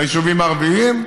ביישובים הערביים?